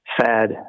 sad